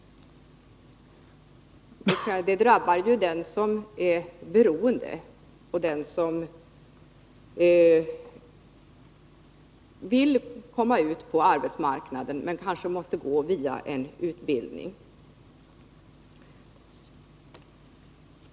Det drabbar ju dem som är beroende och dem som vill komma ut på arbetsmarknaden men kanske måste gå via en utbildning.